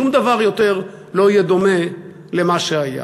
שום דבר יותר לא יהיה דומה למה שהיה.